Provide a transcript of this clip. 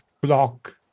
block